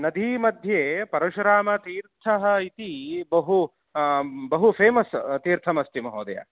नदीमध्ये परशुरामतीर्थः इति बहु बहु फ़ेमस् तीर्थम् अस्ति महोदय